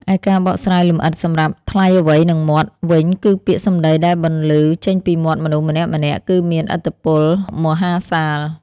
ឯការបកស្រាយលម្អិតសម្រាប់ "ថ្លៃអ្វីនឹងមាត់" វិញ គឺពាក្យសម្ដីដែលបន្លឺចេញពីមាត់មនុស្សម្នាក់ៗ គឺមាន ឥទ្ធិពលមហាសាល។